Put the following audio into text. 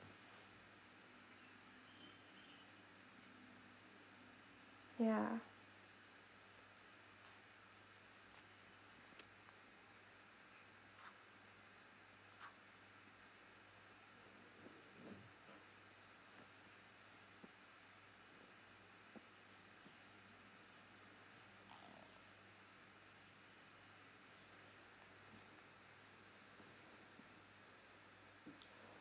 yeah